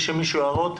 יש למישהו הערות?